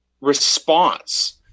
response